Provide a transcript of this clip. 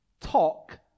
talk